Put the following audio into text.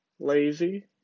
lazy